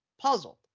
Puzzled